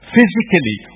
Physically